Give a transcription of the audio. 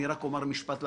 אני רק אומר משפט לפתיח.